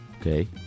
Okay